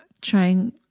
trying